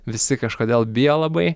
visi kažkodėl bijo labai